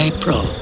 April